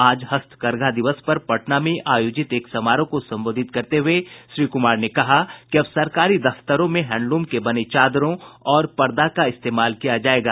आज हस्तकघा दिवस पर पटना में आयोजित एक समारोह को संबोधित करते हुए श्री कुमार ने कहा कि अब सरकारी दफ्तरों में हैंडलूम के बने चादरों और पर्दा का इस्तेमाल किया जायेगा